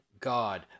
God